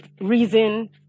reason